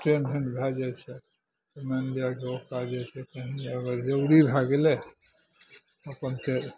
trained एहन भए जाइ छै मानि लिअऽ कि ओकरा जे छै कहीँ अगर जरूरी भए गेलै अपन तऽ